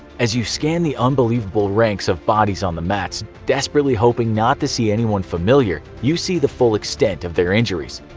as you scan the unbelievable ranks of bodies on the mats, desperately hoping not to see anyone familiar, you see the full extent of their injuries.